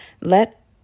Let